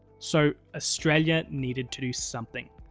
so, australia needed to do something.